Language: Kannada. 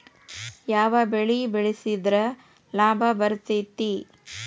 ಯಾವ ಬೆಳಿ ಬೆಳ್ಸಿದ್ರ ಲಾಭ ಬರತೇತಿ?